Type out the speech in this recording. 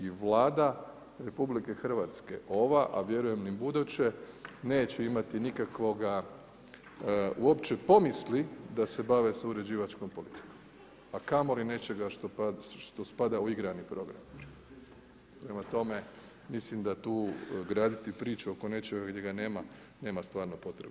I Vlada RH ova a vjerujem i u buduće neće imati nikakve uopće pomisli da se bave sa uređivačkom politikom a kamoli nečega što spada u igrani program prema tome, mislim da tu graditi priču oko nečega gdje ga nema, nema stvarno potrebe.